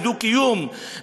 לדו-קיום,